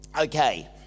Okay